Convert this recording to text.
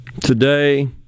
Today